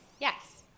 Yes